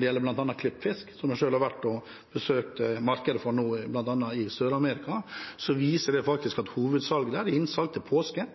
gjelder bl.a. klippfisk, som jeg selv har vært og besøkt markedet for nå, bl.a. i Sør-Amerika, er hovedsalget der til påske og til jul. Ergo er man nødt til å sørge for å produsere opp slik at man kan levere innenfor de områdene når behovet er der.